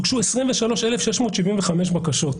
הוגשו 23,675 בקשות.